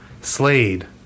Slade